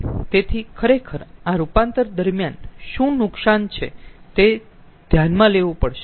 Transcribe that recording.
તેથી ખરેખર આ રૂપાંતરણ દરમ્યાન શું નુકસાન છે તે ધ્યાનમાં લેવું પડશે